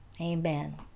Amen